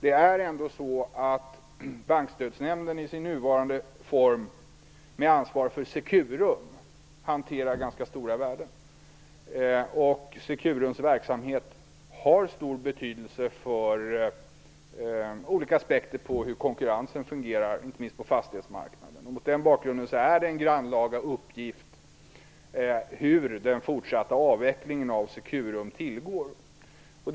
Det är ju ändå så att Bankstödsnämnden i sin nuvarande form med ansvar för Securum hanterar ganska stora värden. Securums verksamhet har stor betydelse för olika aspekter på hur konkurrensen fungerar inte minst på fastighetsmarknaden. Mot den bakgrunden är det en grannlaga uppgift att se hur den fortsatta avvecklingen av Securum går till.